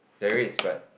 there is but